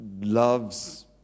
loves